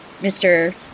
Mr